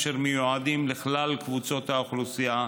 אשר מיועדים לכלל קבוצות האוכלוסייה,